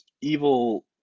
evil